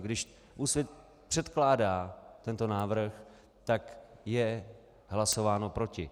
Když Úsvit předkládá tento návrh, tak je hlasováno proti.